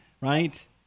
right